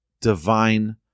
divine